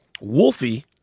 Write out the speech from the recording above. Wolfie